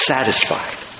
Satisfied